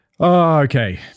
Okay